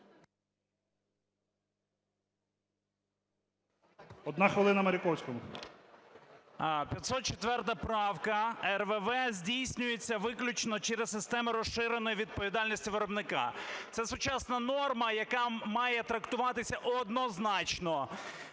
МАРІКОВСЬКИЙ О.В. 504 правка. РВВ здійснюється виключно через системи розширеної відповідальності виробника. Це сучасна норма, яка має трактуватися однозначно.